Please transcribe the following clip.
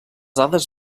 dades